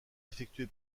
effectuée